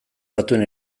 batuen